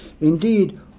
Indeed